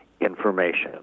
information